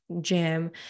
gym